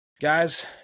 guys